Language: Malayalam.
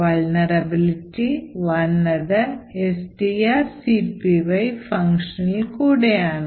Vulnerability വന്നത് strcpy function ഇൽ കൂടെയാണ്